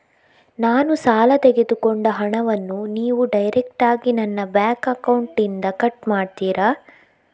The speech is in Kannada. ನಾನು ಸಾಲ ತೆಗೆದುಕೊಂಡ ಹಣವನ್ನು ನೀವು ಡೈರೆಕ್ಟಾಗಿ ನನ್ನ ಬ್ಯಾಂಕ್ ಅಕೌಂಟ್ ಇಂದ ಕಟ್ ಮಾಡ್ತೀರಾ?